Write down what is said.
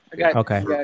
Okay